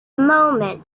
moment